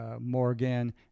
morgan